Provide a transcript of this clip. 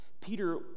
Peter